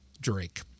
drake